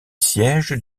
siège